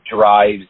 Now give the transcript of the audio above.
drives